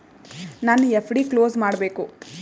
ನನ್ನ FD close ಮಾಡಬೇಕು